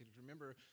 remember